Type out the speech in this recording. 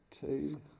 two